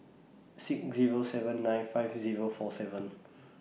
six Zero seven nine five Zero four seven